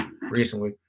recently